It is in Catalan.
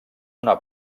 una